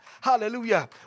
hallelujah